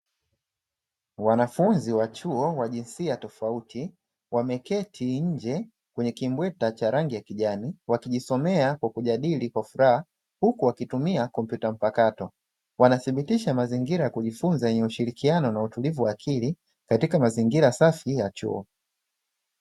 Wanafunzi wa chuo wa jinsia tofauti, wameketi nje kwenye kimbweta cha rangi ya kijani, wakijisomea kwa kujadili kwa furaha huku wakitumia kompyuta mpakato, wanathibitisha mazingira ya kujifunza yenye ushirikiano na utulivu wa akili, katika mazingira safi ya chuo.